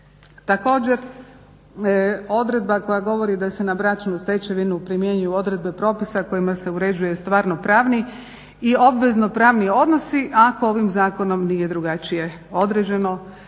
Također, odredba koja govori da se na bračnu stečevinu primjenjuju odredbe propisa kojima se uređuje stvarno-pravni i obvezno-pravni odnosi ako ovim zakonom nije drugačije određeno,